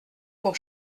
pour